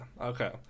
okay